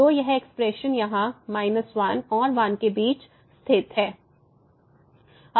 तो यह एक्सप्रेशन यहाँ −1 और 1 के बीच स्थित है